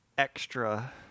extra